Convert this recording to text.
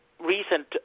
recent